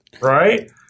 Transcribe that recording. Right